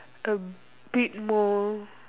a bit more